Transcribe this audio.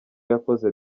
yakoze